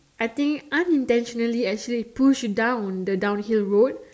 I think unintentionally as she push down on the downhill road